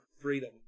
freedom